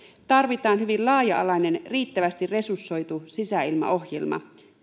tarvitaan hyvin laaja alainen riittävästi resursoitu sisäilmaohjelma